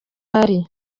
ari